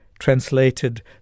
translated